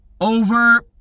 over